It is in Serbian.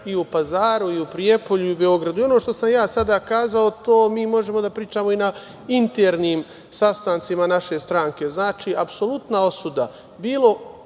i u Pazaru, i u Prijepolju, i u Beogradu. Ono što sam ja sada rekao to mi možemo da pričamo i na internim sastancima naše stranke. Znači, apsolutna osuda